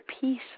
peace